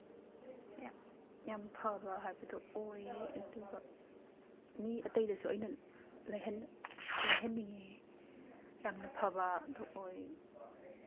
ꯌꯥꯝ ꯐꯕ ꯍꯥꯏꯕꯗꯨ ꯑꯣꯏꯌꯦ ꯑꯗꯨꯒ ꯃꯤ ꯑꯇꯩꯗꯁꯨ ꯑꯩꯅ ꯂꯩꯍꯟꯅꯤꯡꯉꯤ ꯌꯥꯝꯅ ꯐꯕꯗꯨ ꯑꯣꯏ